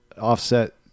offset